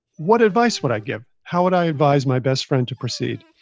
what advice would i give? how would i advise my best friend to proceed?